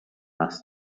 asked